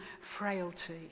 frailty